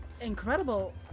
incredible